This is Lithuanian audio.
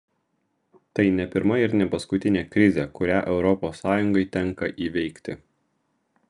tai ne pirma ir ne paskutinė krizė kurią europos sąjungai tenka įveikti